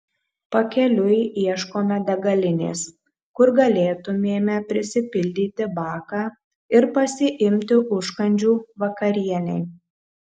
pakeliui ieškome degalinės kur galėtumėme prisipildyti baką ir pasiimti užkandžių vakarienei